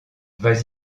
vas